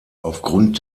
aufgrund